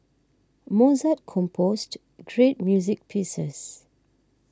Mozart composed great music pieces